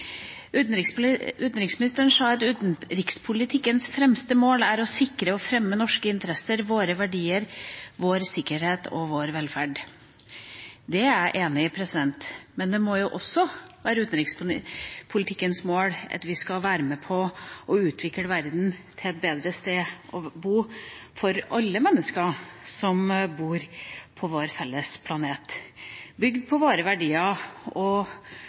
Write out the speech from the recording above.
Utenriksministeren sa at «utenrikspolitikkens fremste mål er å sikre og fremme norske interesser – våre verdier, vår sikkerhet og vår velferd». Det er jeg enig i, men det må jo også være utenrikspolitikkens mål at vi skal være med på å utvikle verden til et bedre sted å være for alle mennesker som bor på vår felles planet, bygd på våre verdier og vårt utgangspunkt, fordi vi tror at våre verdier er med og